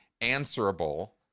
answerable